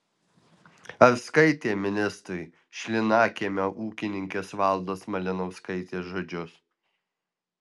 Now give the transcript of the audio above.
ar skaitė ministrai šlynakiemio ūkininkės valdos malinauskaitės žodžius